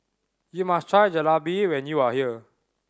you must try Jalebi when you are here